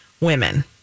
women